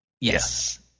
Yes